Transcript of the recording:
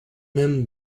man